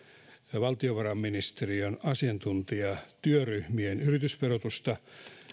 valtiovarainministeriön asiantuntijatyöryhmien yritysverotusta